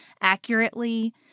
accurately